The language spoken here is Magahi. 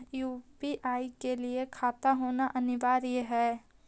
यु.पी.आई के लिए खाता होना अनिवार्य है?